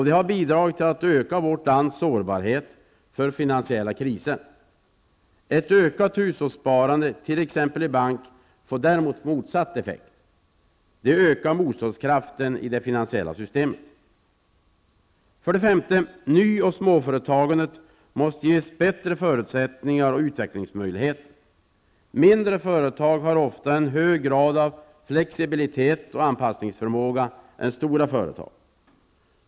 Det har bidragit till att öka vårt lands sårbarhet för finansiella kriser. Ett ökat hushållssparande t.ex. i bank får däremot motsatt effekt. Det ökar motståndskraften i det finansiella systemet. 5. Ny och småföretagande måste ges bättre förutsättningar och utvecklingsmöjligheter. Mindre företag har ofta en högre grad av flexibilitet och anpassningsförmåga än stora företag.